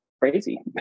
crazy